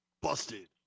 busted